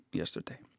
yesterday